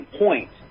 point